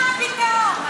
מה פתאום?